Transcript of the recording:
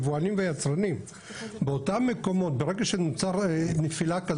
שיובאו או יוצרו בישראל לפי הדין שחל לפני כניסת העדכון